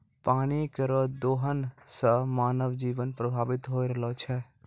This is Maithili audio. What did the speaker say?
पानी केरो दोहन सें मानव जीवन प्रभावित होय रहलो छै